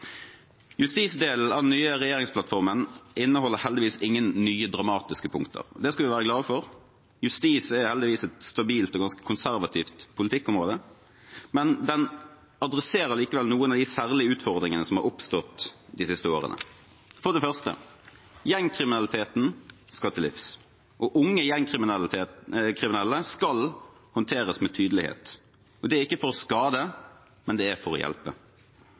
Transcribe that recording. Justisdelen av den nye regjeringsplattformen inneholder heldigvis ingen nye dramatiske punkter. Det skal vi være glade for. Justis er heldigvis et stabilt og ganske konservativt politikkområde, men det adresserer likevel noen av de særlige utfordringene som har oppstått de siste årene. For det første: Vi skal komme gjengkriminaliteten til livs, og unge gjengkriminelle skal håndteres med tydelighet, og det er ikke for å skade, men det er for å hjelpe.